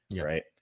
right